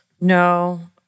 No